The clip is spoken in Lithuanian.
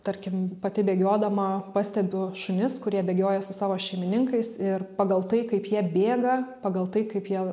tarkim pati bėgiodama pastebiu šunis kurie bėgioja su savo šeimininkais ir pagal tai kaip jie bėga pagal tai kaip jie